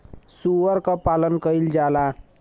सूअर क पालन कइल जाला